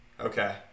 Okay